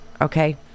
Okay